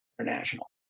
International